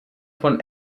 von